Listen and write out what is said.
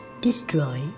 Destroy